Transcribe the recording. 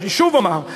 אני שוב אומר,